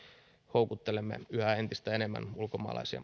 houkuttelemme entistä enemmän ulkomaalaisia